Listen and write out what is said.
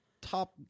top